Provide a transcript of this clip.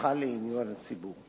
ופתוחה לעיון הציבור.